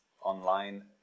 online